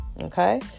Okay